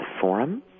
forum